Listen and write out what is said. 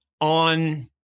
on